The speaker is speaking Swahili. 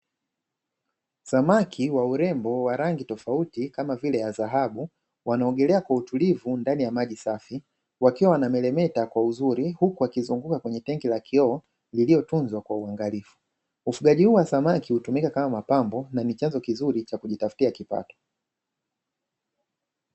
Samaki wa urembo wa rangi tofauti kama vile dhahabu, wanaogelea kwa utulivu ndani ya maji safi, wakiwa wanameremeta kwa uzuri huku wakizunguka kwenye tangi la kioo, lililotunzwa kwa uangalifu. Ufugaji huu wa samaki hutumika kama mapambo, na ni chanzo kizuri cha kujitafutia kipato.